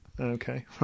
Okay